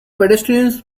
pedestrians